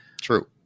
True